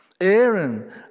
Aaron